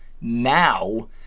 now